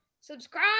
subscribe